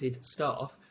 staff